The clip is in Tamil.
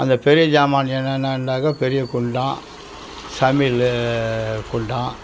அந்த பெரிய சாமான் என்னென்னன்னாக்கா பெரிய குண்டான் சமையலு குண்டான்